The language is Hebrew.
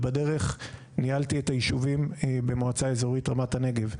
ובדרך ניהלתי את היישובים במועצה האזורית רמת הנגב,